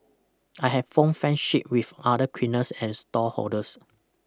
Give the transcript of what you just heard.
I have form friendship with other cleaners and stallholders